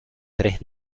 tres